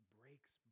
breaks